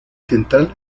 central